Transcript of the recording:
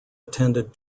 attended